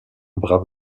brave